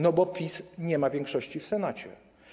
No bo PiS nie ma większości w Senacie.